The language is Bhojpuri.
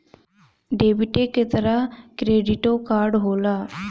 डेबिटे क तरह क्रेडिटो कार्ड होला